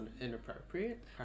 inappropriate